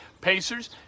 Pacers